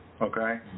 okay